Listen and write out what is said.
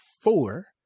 four